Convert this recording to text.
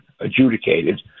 adjudicated